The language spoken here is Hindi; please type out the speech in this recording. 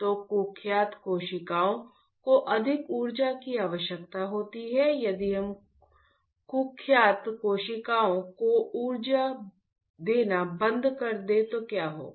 तो कुख्यात कोशिकाओं को अधिक ऊर्जा की आवश्यकता होती है यदि हम कुख्यात कोशिकाओं को ऊर्जा देना बंद कर दें तो क्या होगा